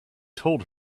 told